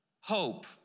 hope